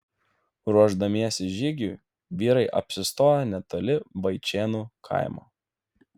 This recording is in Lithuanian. ruošdamiesi žygiui vyrai apsistojo netoli vaičėnų kaimo